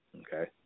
Okay